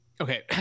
Okay